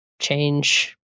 change